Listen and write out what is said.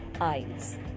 eyes